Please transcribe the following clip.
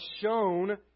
shown